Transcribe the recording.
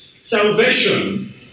salvation